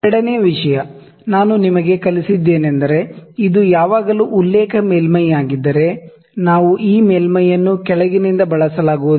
ಎರಡನೆಯ ವಿಷಯ ನಾನು ನಿಮಗೆ ಕಲಿಸಿದ್ದೇನೆಂದರೆ ಇದು ಯಾವಾಗಲೂ ಉಲ್ಲೇಖ ಮೇಲ್ಮೈಯಾಗಿದ್ದರೆ ನಾವು ಈ ಮೇಲ್ಮೈಯನ್ನು ಕೆಳಗಿನಿಂದ ಬಳಸಲಾಗುವುದಿಲ್ಲ